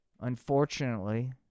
Unfortunately